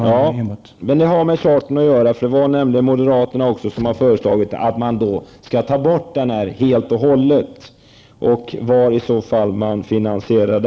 Herr talman! Det som jag tänkte säga har med charterturismen att göra, eftersom även moderaterna har föreslagit att denna moms skulle tas bort helt och hållet. Jag undrar hur detta skall finansieras.